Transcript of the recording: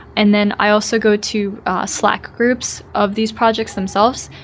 and then i also go to slack groups of these projects themselves.